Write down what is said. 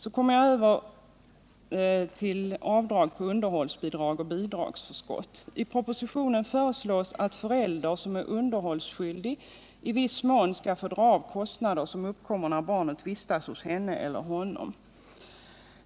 Så kommer jag över till avdrag på underhållsbidrag och bidragsförskott. I propositionen föreslås att förälder som är underhållsskyldig i viss mån skall få dra av kostnader som uppkommer när barnet vistas hos henne eller honom.